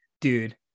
dude